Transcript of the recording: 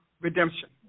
redemption